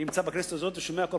אני נמצא בכנסת הזאת ואני שומע בכל